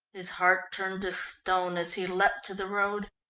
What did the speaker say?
his heart turned to stone as he leapt to the road.